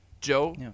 Joe